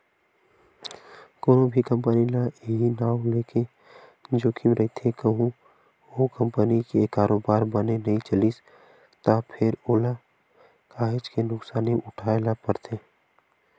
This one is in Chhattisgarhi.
कोनो भी कंपनी ल इहीं नांव लेके जोखिम रहिथे कहूँ ओ कंपनी के कारोबार बने नइ चलिस त फेर ओला काहेच के नुकसानी उठाय ल परथे